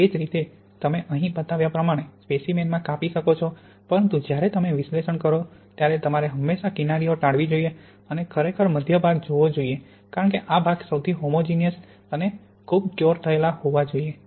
અને તે જ રીતે તમે અહીં બતાવ્યા પ્રમાણે સ્પેકીમેનમાં કાપી શકો છો પરંતુ જ્યારે તમે વિશ્લેષણ કરો ત્યારે તમારે હંમેશાં કિનારીઓ ટાળવી જોઈએ અને ખરેખર મધ્ય ભાગ જોવો જોઈએ કારણ કે આ ભાગ સૌથી હોમોંજીનીયસ અને ખૂબ ક્યોર થયેલા હોવા જોઈએ